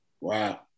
Wow